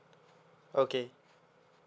okay